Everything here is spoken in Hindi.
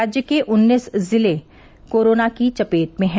राज्य के उन्चास जिले कोरोना की चपेट में हैं